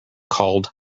called